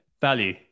value